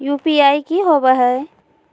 UPI की होवे हय?